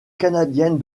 canadienne